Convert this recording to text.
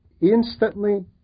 instantly